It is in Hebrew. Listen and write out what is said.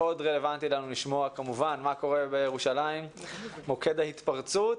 מאוד רלוונטי עבורנו לשמוע כמובן מה קורה בירושלים שהיא מוקד ההתפרצות.